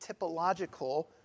typological